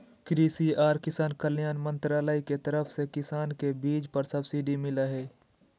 कृषि आर किसान कल्याण मंत्रालय के तरफ से किसान के बीज पर सब्सिडी मिल लय हें